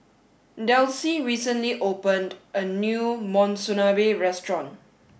Delsie recently opened a new Monsunabe restaurant